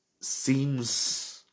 seems